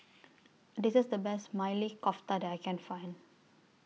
This IS The Best Maili Kofta that I Can Find